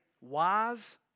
wise